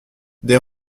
des